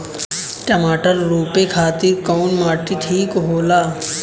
टमाटर रोपे खातीर कउन माटी ठीक होला?